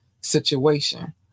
situation